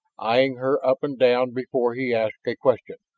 eying her up and down before he asked a question.